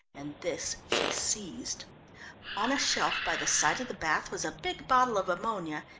and this she seized on a shelf by the side of the bath was a big bottle of ammonia,